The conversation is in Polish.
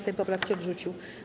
Sejm poprawkę odrzucił.